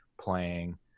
playing